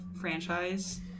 franchise